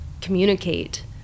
communicate